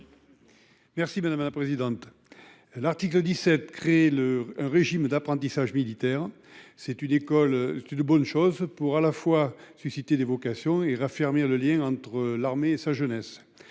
Merci madame la présidente. L'article 17, créer le régime d'apprentissage militaire c'est une école, c'est une bonne chose pour à la fois susciter des vocations et raffermir le lien entre l'armée et sa jeunesse